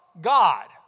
God